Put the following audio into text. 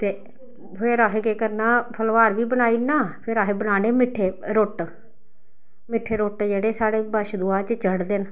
ते फिर असें केह् करना फलोहार बी बनाई ओड़ना फिर असें बनाने मिट्ठे रुट्ट मिट्ठे रुट्ट जेह्ड़े साढ़े बच्छ दुआह् च चढ़दे न